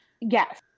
Yes